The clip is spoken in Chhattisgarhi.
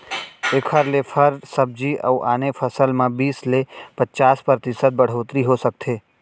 एखर ले फर, सब्जी अउ आने फसल म बीस ले पचास परतिसत बड़होत्तरी हो सकथे